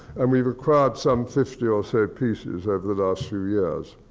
and we've acquired some fifty or so pieces over the last few years.